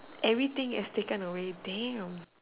anything is taken away damn